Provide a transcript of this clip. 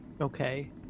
Okay